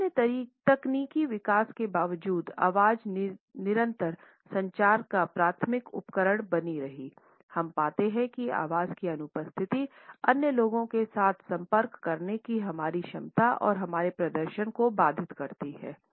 विभिन्न तकनीकी विकास के बावजूद आवाज़ निरंतर संचार का प्राथमिक उपकरण बनी रही हम पाते हैं कि आवाज़ की अनुपस्थिति अन्य लोगों के साथ संपर्क करने की हमारी क्षमता और हमारे प्रदर्शन को बाधित करती है